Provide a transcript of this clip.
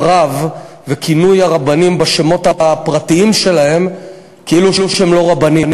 רב וכינוי הרבנים בשמות הפרטיים שלהם כאילו הם לא רבנים.